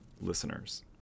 listeners